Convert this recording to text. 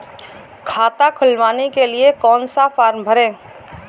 खाता खुलवाने के लिए कौन सा फॉर्म भरें?